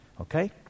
okay